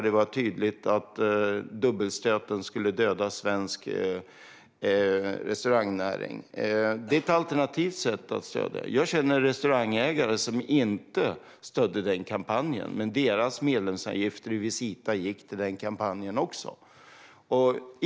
Det var tydligt att dubbelstöten skulle döda svensk restaurangnäring. Det är ett alternativt sätt att stödja. Jag känner restaurangägare som inte stödde kampanjen, men deras medlemsavgifter i Visita gick till den kampanjen också.